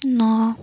ନଅ